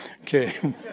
okay